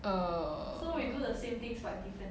err